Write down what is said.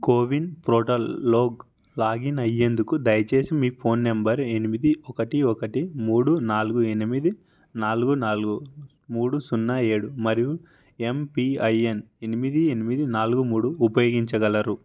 CoWIN portal లోక్ login అయ్యేందుకు దయచేసి మీ ఫోన్ నంబర్ ఎనిమిది ఒకటి ఒకటి మూడు నాలుగు ఎనిమిది నాలుగు నాలుగు మూడు సున్నా ఏడు మరియు యమ్పిఐఎన్ ఎనిమిది ఎనిమిది నాలుగు మూడు ఉపయోగించగలరు